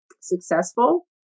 successful